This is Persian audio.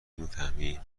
میفهمی